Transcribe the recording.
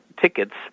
tickets